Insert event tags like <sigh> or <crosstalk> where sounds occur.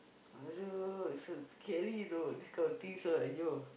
<noise> scary you know this kind of things all !aiyo!